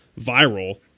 viral